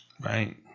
right